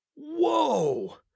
Whoa